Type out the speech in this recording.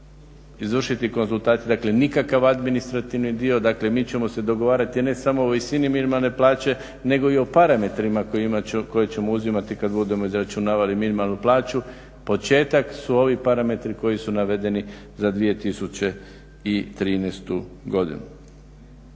izvršiti konzultacije. Dakle, nikakav administrativni dio. Dakle, mi ćemo se dogovarati ne samo o visini minimalne plaće nego i o parametrima koje ćemo uzimati kad budemo izračunavali minimalnu plaću. Početak su ovi parametri koji su navedeni za 2013. godinu.